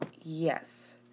yes